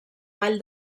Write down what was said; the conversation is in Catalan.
vall